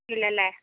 ഇല്ലല്ലേ